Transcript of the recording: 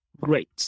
Great